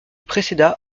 précéda